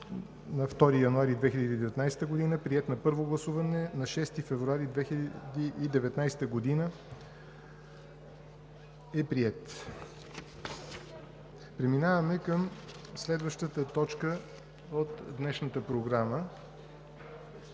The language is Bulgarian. на 2 януари 2019 г., приет е на първо гласуване на 6 февруари 2019 г. Преминаваме към следващата точка от днешната програма: